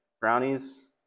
brownies